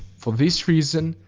for this reason,